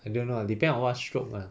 I don't know lah depend on what stroke [one]